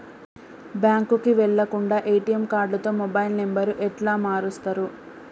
బ్యాంకుకి వెళ్లకుండా ఎ.టి.ఎమ్ కార్డుతో మొబైల్ నంబర్ ఎట్ల మారుస్తరు?